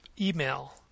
email